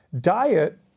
Diet